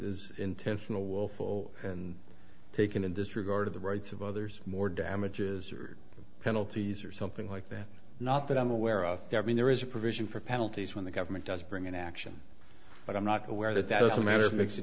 is intentional willful and taken in disregard of the rights of others more damages or penalties or something like that not that i'm aware of that mean there is a provision for penalties when the government does bring an action but i'm not aware that that's a matter of makes a